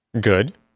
good